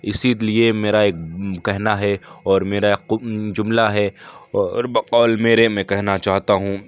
اسی لیے میرا ایک کہنا ہے اور میرا جملہ ہے اور بقول میرے میں کہنا چاہتا ہوں